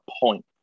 point